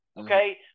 Okay